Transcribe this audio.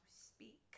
speak